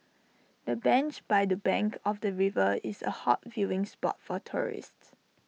the bench by the bank of the river is A hot viewing spot for tourists